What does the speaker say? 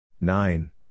Nine